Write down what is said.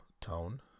tone